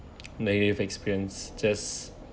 negative experience just